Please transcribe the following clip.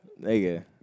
Nigga